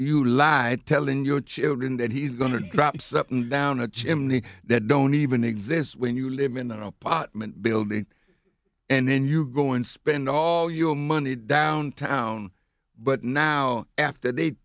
you lie telling your children that he's going to drop something down a chimney that don't even exist when you live in an apartment building and then you go and spend all your money downtown but now after they